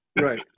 right